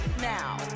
now